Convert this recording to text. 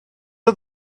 are